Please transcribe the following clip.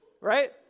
Right